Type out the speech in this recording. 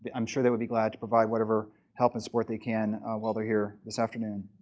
but i'm sure they'll be glad to provide whatever help and support they can while they're here this afternoon.